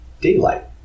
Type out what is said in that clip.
Daylight